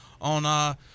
on –